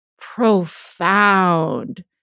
profound